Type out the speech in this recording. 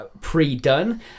pre-done